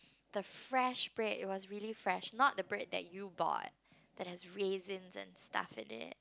the fresh bread it was really fresh not the bread that you bought there has raisins and stuff in it